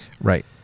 Right